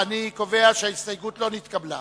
ההסתייגות של קבוצת